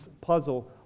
puzzle